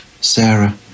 Sarah